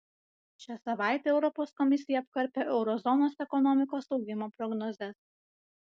šią savaitę europos komisija apkarpė euro zonos ekonomikos augimo prognozes